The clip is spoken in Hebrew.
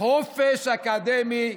חופש אקדמי,